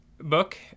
book